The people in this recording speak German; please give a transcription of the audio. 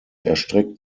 erstreckt